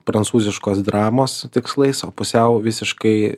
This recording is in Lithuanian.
prancūziškos dramos tikslais o pusiau visiškai